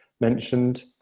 mentioned